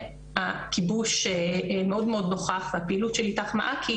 שכיבוש מאוד מאוד נוכח והפעילות של "אית"ך-מעכי",